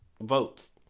votes